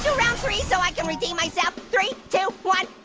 round three so i can redeem myself? three, two, one,